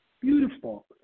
beautiful